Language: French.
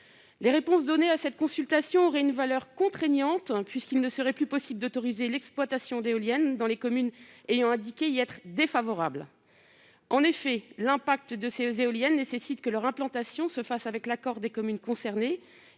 Les réponses données à cette consultation auraient une valeur contraignante puisqu'il ne serait plus possible d'autoriser l'exploitation d'éoliennes dans les communes ayant indiqué y être défavorables. En effet, l'impact de ces installations nécessite que leur implantation se fasse avec l'accord des communes concernées